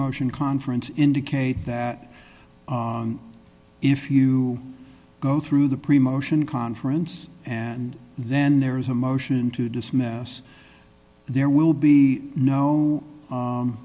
ssion conference indicate that if you go through the pre motion conference and then there is a motion to dismiss there will be no